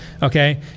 Okay